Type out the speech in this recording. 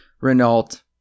Renault